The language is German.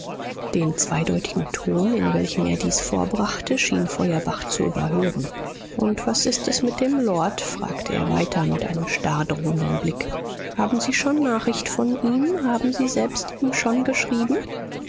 den zweideutigen ton in welchem er dies vorbrachte schien feuerbach zu überhören und was ist es mit dem lord fragte er weiter mit einem starr drohenden blick haben sie schon nachricht von ihm haben sie selbst ihm schon geschrieben